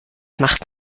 macht